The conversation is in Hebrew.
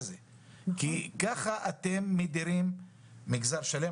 ככה אתם מדירים מגזר שלם.